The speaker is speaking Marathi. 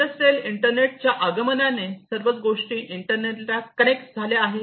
इंडस्ट्रियल इंटरनेटच्या आगमनाने सर्वच गोष्टी इंटरनेटला कनेक्ट झाले आहे